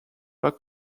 pas